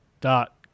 dot